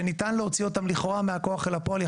שניתן להוציא אותן לכאורה מהכוח אל הפועל,